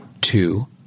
two